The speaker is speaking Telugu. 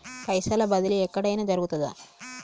పైసల బదిలీ ఎక్కడయిన జరుగుతదా?